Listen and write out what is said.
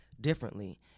differently